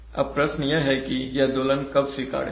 अब प्रश्न यह है कि यह दोलन कब स्वीकार्य है